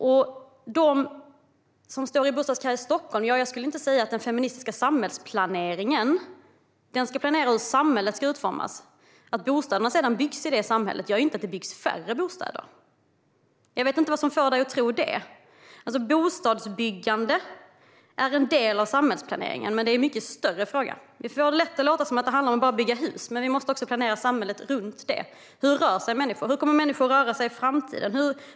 När det gäller dem som står i bostadskö i Stockholm vill jag säga att den feministiska samhällsplaneringen ska planera hur samhället ska utformas. Att bostäderna sedan byggs i det samhället gör ju inte att det byggs färre bostäder. Jag vet inte vad som får dig att tro det, Lars Beckman. Bostadsbyggande är en del av samhällsplaneringen, men det är en mycket större fråga. Vi får det lätt att låta som att det bara handlar om att bygga hus, men vi måste också planera samhället runt det. Hur rör sig människor? Hur kommer människor att röra sig i framtiden?